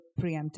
preemptive